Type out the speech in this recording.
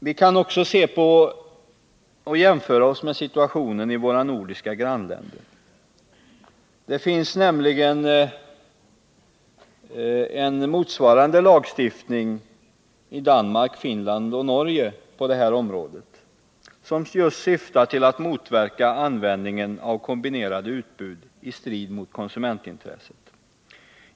Vi kan också jämföra situationen med den i våra nordiska grannländer. Motsvarande lagstiftning på det här området finns nämligen i Danmark, Finland och Norge. Den syftar till att motverka användning av kombinerade utbud i strid med konsumentintresset.